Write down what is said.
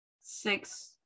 six